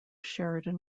sheridan